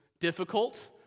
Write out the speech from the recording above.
difficult